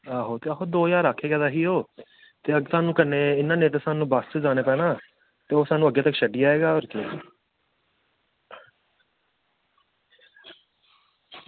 आहो ते आहो दौ ज्हार आक्खा दा ही ओह् ते सानूं कन्नै नेईं तां सानूं बस्स च जाना पौना ते ओह् सानूं अग्गें तगर छड्डी आयेगा होर केह्